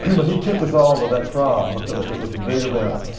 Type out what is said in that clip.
and but he took us all to that trial because it was a big event.